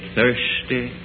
thirsty